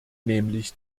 nämlich